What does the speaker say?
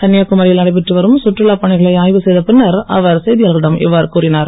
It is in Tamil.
கன்னியாகுமரியில் நடைபெற்று வரும் கற்றுலா பணிகளை ஆய்வு செய்த பின்னர் அவர் செய்தியாளர்களிடம் பேசினார்